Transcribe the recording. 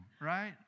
right